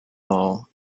mall